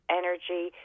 energy